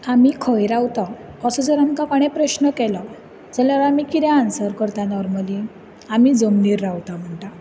आमी खंय रावता असो जर कोणे आमकां प्रस्न केलो जाल्यार आमी कितें आन्सर करता नॉर्मली आमी जमनीर रावता म्हणटा